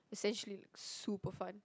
essentially super fun